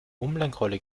umlenkrolle